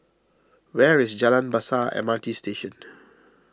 where is Jalan Besar M R T Station